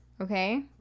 Okay